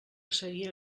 seria